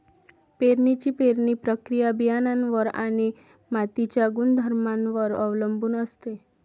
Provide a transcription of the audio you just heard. पेरणीची पेरणी प्रक्रिया बियाणांवर आणि मातीच्या गुणधर्मांवर अवलंबून असते